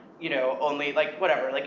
you know, only like, whatever. like,